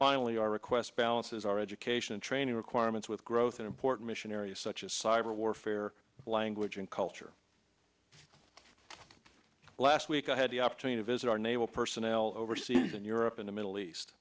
finally our request balances our education and training requirements with growth in important mission areas such as cyber warfare language and culture last week i had the opportunity of is our naval personnel overseas in europe in the middle east